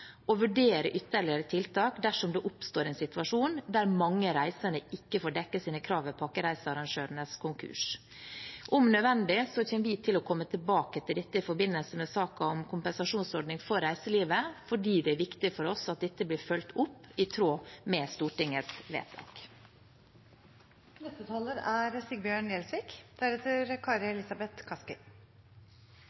og vurdere ytterligere tiltak dersom det oppstår en situasjon der mange reisende ikke får dekket sine krav ved pakkereisearrangørens konkurs.» Om nødvendig vil vi komme tilbake til dette i forbindelse med saken om kompensasjonsordning for reiselivet, fordi det er viktig for oss at dette blir fulgt opp i tråd med Stortingets vedtak. Vi står fortsatt i en stor og omfattende krise, der det er